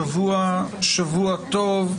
שבוע טוב.